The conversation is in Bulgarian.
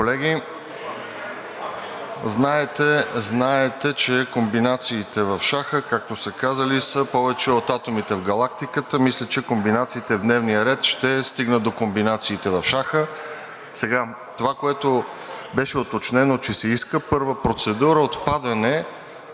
Колеги, знаете, че комбинациите в шаха, както са казали, са повече от атомите в галактиката. Мисля, че комбинациите в дневния ред ще стигнат до комбинациите в шаха. Сега това, което беше уточнено, че се иска – първа процедура, отпадане